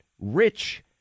rich